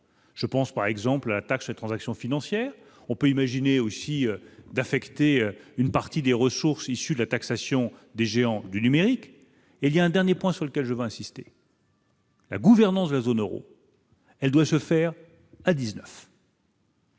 je pense, par exemple la Taxe transactions financières, on peut imaginer aussi d'affecter une partie des ressources issues de la taxation des géants du numérique, il y a un dernier point sur lequel je voudrais insister. La gouvernance de la zone Euro, elle doit se faire à 19.